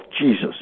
Jesus